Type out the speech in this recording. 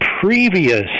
previous